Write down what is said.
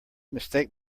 mistake